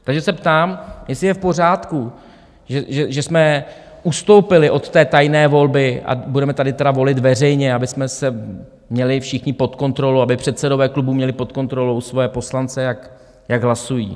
Takže se ptám, jestli je v pořádku, že jsme ustoupili od té tajné volby a budeme tady volit veřejně, abychom se měli všichni pod kontrolu, aby předsedové klubů měli pod kontrolou svoje poslance, jak hlasují?